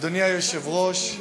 אדוני היושב-ראש,